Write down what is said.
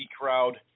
crowd